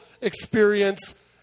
experience